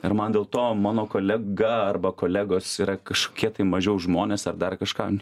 ir man dėl to mano kolega arba kolegos yra kažkokie tai mažiau žmonės ar dar kažką